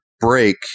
break